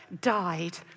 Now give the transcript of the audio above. died